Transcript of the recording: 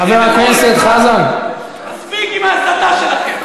חבר הכנסת חזן, מספיק עם ההסתה שלכם.